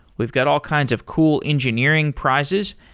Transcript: we've got all kinds of cool engineering prizes.